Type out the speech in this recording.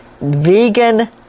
vegan